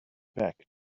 back